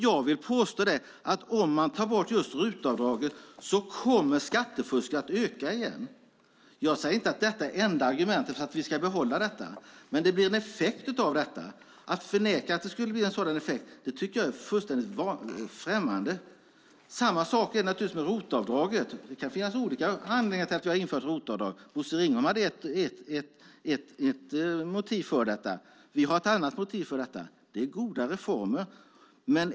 Jag vill påstå att om man tar bort RUT-avdraget kommer skattefusket att öka igen. Jag säger inte att detta är det enda argumentet för att vi ska behålla RUT, men det blir en sådan effekt. Att förneka att det skulle bli en sådan effekt tycker jag är fullständigt tokigt. Samma sak gäller ROT-avdraget. Det kan finnas olika anledningar till att vi har infört ROT-avdrag. Bosse Ringholm hade ett motiv för det, och vi har ett annat motiv för det. Det är goda reformer.